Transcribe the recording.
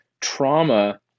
trauma